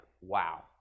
wow